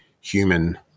human